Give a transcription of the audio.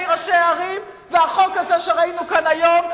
ראשי ערים והחוק הזה שראינו כאן היום,